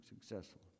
successful